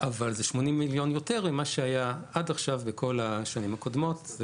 אבל זה 80 מיליון יותר ממה שהיה עד עכשיו בכל השנים הקודמות.